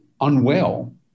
unwell